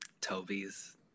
Toby's